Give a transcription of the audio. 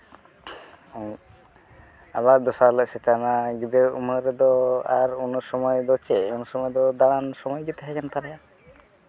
ᱟᱵᱟᱨ ᱫᱚᱥᱟᱨ ᱦᱤᱞᱳᱜ ᱥᱮᱛᱟᱜ ᱮᱱᱟ ᱜᱤᱫᱽᱨᱟᱹ ᱩᱢᱟᱹᱨ ᱨᱮᱫᱚ ᱟᱨ ᱩᱱᱟᱹ ᱥᱚᱢᱚᱭ ᱫᱚ ᱪᱮᱫ ᱩᱱ ᱥᱚᱢᱚᱭ ᱫᱚ ᱫᱟᱬᱟᱱ ᱥᱚᱢᱚᱭ ᱜᱮ ᱛᱟᱦᱮᱸ ᱠᱟᱱ ᱛᱟᱞᱮᱭᱟ